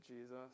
Jesus